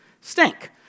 stink